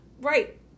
right